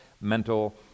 mental